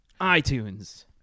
iTunes